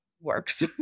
works